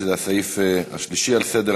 הצעות מס' 3323,